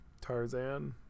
tarzan